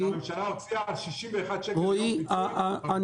הממשלה הוציאה על 61 שקל יום פיצוי --- רועי,